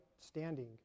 standing